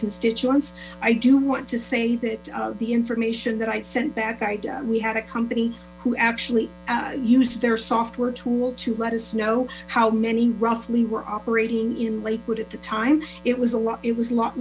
constituents i do want to say that the information that i sent back i we had a company who actually used their software tool to let us know how many roughly were operating in lakewood at the time it was it was a lot